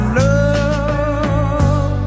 love